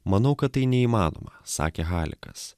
manau kad tai neįmanoma sakė halikas